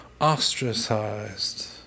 Ostracized